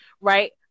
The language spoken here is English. right